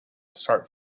start